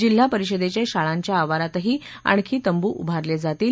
जिल्हा परिषदेच्या शाळांच्या आवारातही आणखी तंबू उभारले जातील